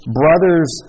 brothers